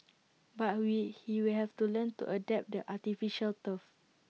but we he will have to learn to adapt the artificial turf